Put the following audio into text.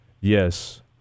Yes